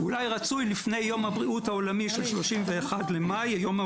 אולי רצוי לפני יום הבריאות העולמי ללא עישון ב-31 במאי,